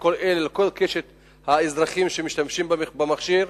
לכל קשת האזרחים שמשתמשים במכשיר,